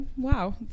wow